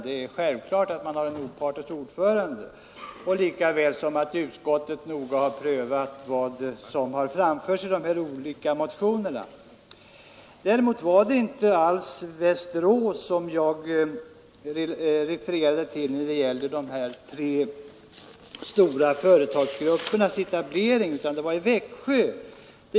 Det är självklart att man har en opartisk ordförande lika väl som att utskottet noga har prövat vad som framförts i de olika motionerna. Däremot var det inte alls Västerås som jag refererade till när jag nämnde de tre stora företagsgruppernas etablering utan det var till Växjö.